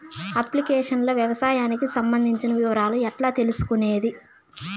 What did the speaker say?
Application లో వ్యవసాయానికి సంబంధించిన వివరాలు ఎట్లా తెలుసుకొనేది?